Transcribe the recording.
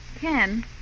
Ken